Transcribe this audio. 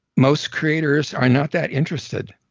most creators are not that interested.